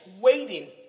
waiting